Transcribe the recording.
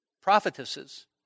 Prophetesses